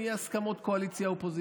כן יהיו הסכמות קואליציה-אופוזיציה.